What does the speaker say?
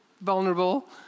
vulnerable